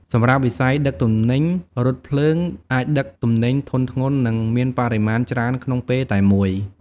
សម្រាប់វិស័យដឹកទំនិញ រថភ្លើងអាចដឹកទំនិញធុនធ្ងន់និងមានបរិមាណច្រើនក្នុងពេលតែមួយ។